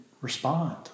respond